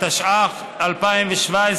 התשע"ח 2017,